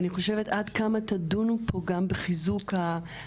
ואני חושבת עד כמה תדונו פה גם בחיזוק הנפש